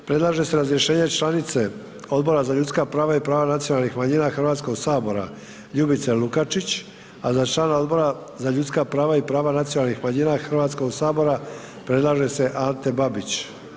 Predlaže se razrješenje članice Odbora za ljudska prava i prava nacionalnih manjina Hrvatskog sabora Ljubice Lukačić a za člana Odbora za ljudska prava i prava nacionalnih manjina Hrvatskog sabora predlaže se Ante Babić.